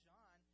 John